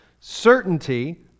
certainty